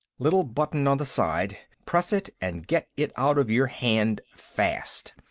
little button on the side press it, and get it out of your hand fast.